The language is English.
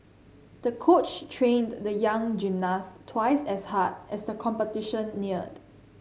the coach trained the young gymnast twice as hard as the competition neared